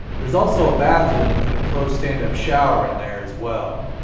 there's also a bathroom with an enclosed stand-up shower in there as well.